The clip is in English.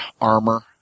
armor